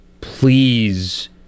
Please